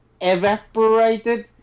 evaporated